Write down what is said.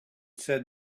said